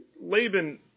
laban